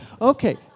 Okay